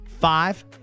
Five